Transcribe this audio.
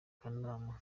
kanama